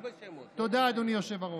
תודה, אדוני היושב-ראש.